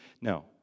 no